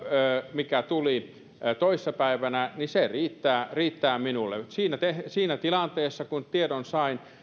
mikä tuli toissa päivänä riittää riittää minulle siinä tilanteessa kun tiedon sain